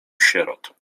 sierot